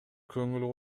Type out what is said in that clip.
көңүл